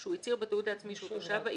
שהוא הצהיר בתיעוד העצמי שהוא תושב בה,